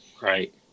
Right